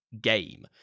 game